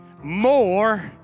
more